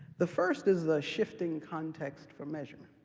the first is the shifting context for measurement.